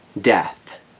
Death